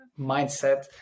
mindset